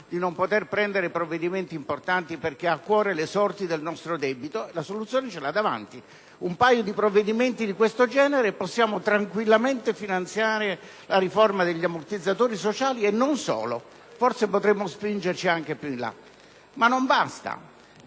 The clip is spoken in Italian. di non poter prendere provvedimenti importanti perché ha a cuore le sorti del nostro debito, la soluzione ce l'ha davanti: un paio di provvedimenti di questo genere e possiamo tranquillamente finanziare la riforma degli ammortizzatori sociali, e non solo, forse potremmo spingerci anche più in là. Ma non basta.